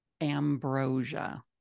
Ambrosia